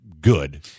good